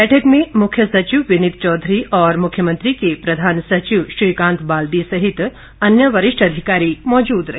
बैठक में मुख्य सचिव विनीत चौधरी और मुख्यमंत्री के प्रधान सचिव श्रीकांत बाल्दी सहित अन्य वरिष्ठ अधिकारी मौजूद रहे